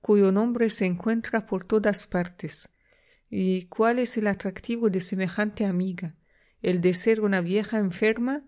cuyo nombre se encuentra por todas partes y cuál es el atractivo de semejante amiga el de ser una vieja enferma